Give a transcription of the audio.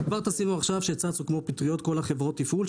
צצו עכשיו כמו פטריות כל חברות התפעול.